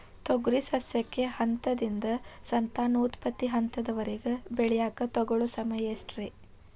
ತೊಗರಿ ಸಸ್ಯಕ ಹಂತದಿಂದ, ಸಂತಾನೋತ್ಪತ್ತಿ ಹಂತದವರೆಗ ಬೆಳೆಯಾಕ ತಗೊಳ್ಳೋ ಸಮಯ ಎಷ್ಟರೇ?